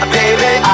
baby